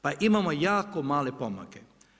Pa imamo jako male pomake.